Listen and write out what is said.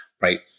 Right